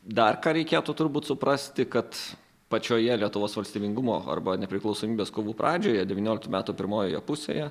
dar ką reikėtų turbūt suprasti kad pačioje lietuvos valstybingumo arba nepriklausomybės kovų pradžioje devynioliktų metų pirmojoje pusėje